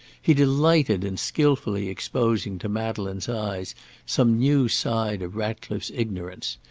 he delighted in skilfully exposing to madeleine's eyes some new side of ratcliffe's ignorance.